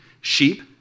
Sheep